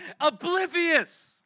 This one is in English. oblivious